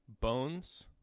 Bones